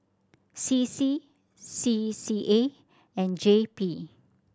C C C C A and J P